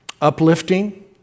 uplifting